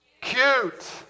cute